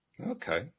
Okay